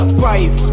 five